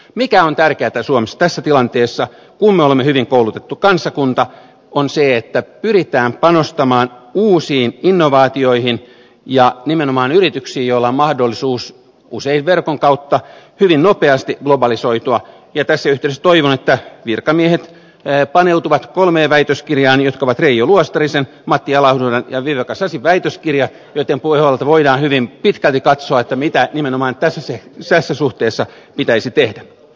mikä on tärkeätä suomessa tässä tilanteessa kun me olemme hyvin koulutettu kansakunta on se että pyritään panostamaan uusiin innovaatioihin ja nimenomaan yrityksiin joilla on mahdollisuus usein verkon kautta hyvin nopeasti globalisoitua ja tässä yhteydessä toivon että virkamiehet paneutuvat kolmeen väitöskirjaan jotka ovat reijo luostarisen matti alahuhdan ja viveca sasin väitöskirjat joitten pohjalta voidaan hyvin pitkälti katsoa mitä nimenomaan tässä suhteessa pitäisi tehdä